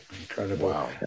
Incredible